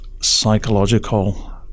psychological